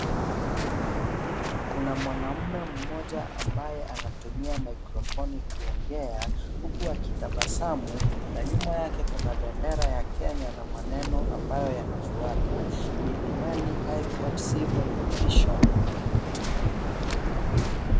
Kuna mwanaume mmoja ambaye anatumia mikrofoni kuongea, huku akitabasamu, na nyuma yake kuna bendera ya Kenya na maneno ambayo yanafuata, Milimani (cs)high court civil division(cs).